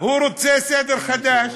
הוא רוצה סדר חדש.